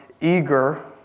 eager